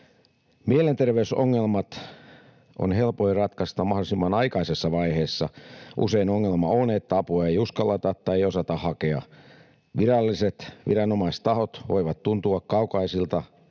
Mielenterveysongelmat on helpoin ratkaista mahdollisimman aikaisessa vaiheessa. Usein ongelma on, että apua ei uskalleta tai osata hakea. Viralliset viranomaistahot voivat tuntua kaukaisilta